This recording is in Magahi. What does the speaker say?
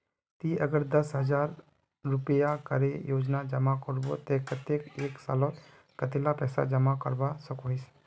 ती अगर दस रुपया करे रोजाना जमा करबो ते कतेक एक सालोत कतेला पैसा जमा करवा सकोहिस?